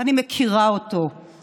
גם אם הוא מצביע בשמאל או בימין,